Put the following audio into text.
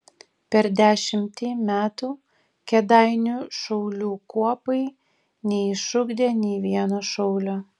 per dešimtį metų kėdainių šaulių kuopai neišugdė nei vieno šaulio